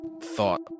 thought